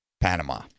Panama